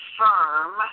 firm